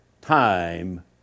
time